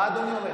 מה אדוני אומר?